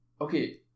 okay